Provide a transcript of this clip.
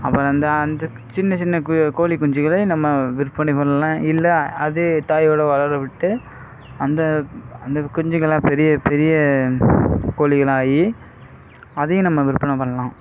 அப்பறம் அந்த அந்த சின்னச்சின்ன கோழி குஞ்சிகளை நம்ம விற்பனை பண்ணலாம் இல்லை அதே தாயோட வளரவிட்டு அந்த அந்த குஞ்சிகளே பெரிய பெரிய கோழிகளா ஆகி அதையும் நம்ம விற்பனை பண்ணலாம்